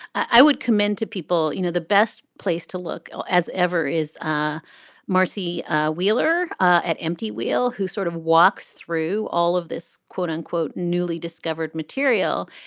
i would commend to people, you know, the best place to look as ever is ah marcy ah wheeler ah at emptywheel, who sort of walks through all of this, quote unquote, newly discovered material.